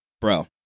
bro